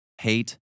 hate